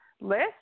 list